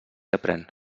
aprén